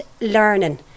learning